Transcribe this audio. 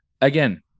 Again